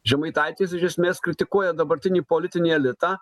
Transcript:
žemaitaitis iš esmės kritikuoja dabartinį politinį elitą